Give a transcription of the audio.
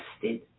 tested